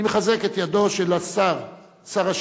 אני מחזק את ידו של שר השיכון,